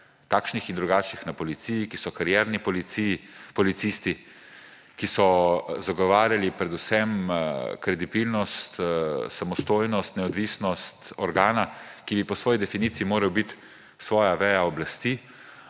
takšnih in drugačnih, na Policiji, ki so karierni policisti, ki so zagovarjali predvsem kredibilnost, samostojnost, neodvisnost organa, ki bi po svoji definiciji moral biti svoja veja oblasti.